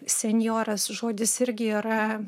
senjoras žodis irgi yra